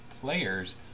players